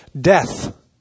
death